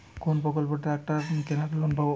কোন প্রকল্পে ট্রাকটার কেনার লোন পাব?